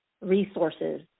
resources